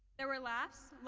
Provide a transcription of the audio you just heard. there were laughs,